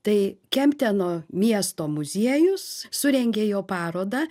tai kempteno miesto muziejus surengė jo parodą